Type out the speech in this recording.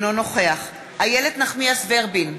אינו נוכח איילת נחמיאס ורבין,